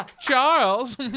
Charles